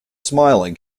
smiling